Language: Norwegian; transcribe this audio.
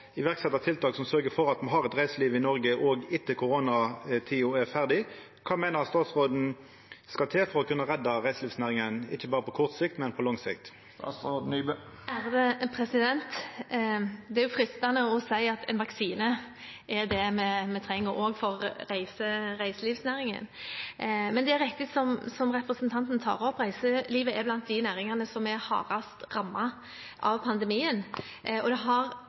langsiktige tiltak på plass. Jeg mener derfor at vi må iverksette tiltak som sørger for at vi har et reiseliv i Norge. Hva mener statsråden skal til for å kunne redde reiselivsnæringen?» Det er fristende å si at en vaksine er det vi trenger også for reiselivsnæringen. Det er riktig som representanten tar opp, reiselivet er blant de næringene som er hardest rammet av pandemien. Det har